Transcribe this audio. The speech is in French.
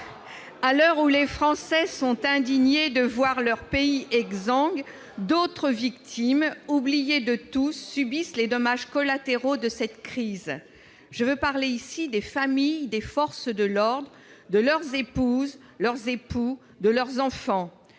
À l'heure où les Français sont indignés de voir leur pays exsangue, d'autres victimes, oubliées de tous, subissent les dommages collatéraux de cette crise, je veux parler ici des familles des membres des forces de l'ordre, de leurs épouses, de leurs époux, de leurs enfants.